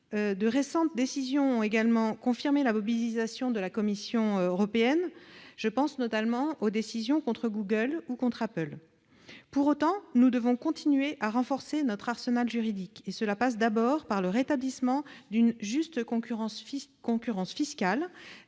de récentes décisions ont également confirmé la mobilisation de la Commission européenne, notamment celles contre Google ou contre Apple. Pour autant, nous devons continuer à renforcer notre arsenal juridique, et cela passe d'abord par le rétablissement d'une juste concurrence fiscale.